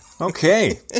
Okay